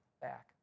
back